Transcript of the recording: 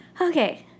Okay